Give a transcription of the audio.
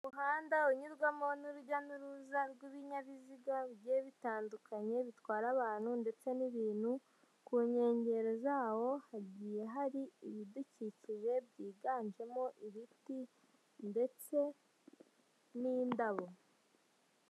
Umuhanda unyurwamo n'urujya n'uruza rw'ibinyabiziga bigiye bitandukanye bitwara abantu ndetse n'ibintu, ku nkengero zawo hagiye hari ibidukikije byiganjemo ibiti ndetse n'indabo.